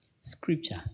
scripture